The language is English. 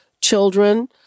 children